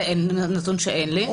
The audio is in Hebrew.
זה נתון שאין לי.